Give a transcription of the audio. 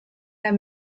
der